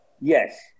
Yes